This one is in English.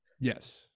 Yes